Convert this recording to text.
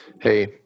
Hey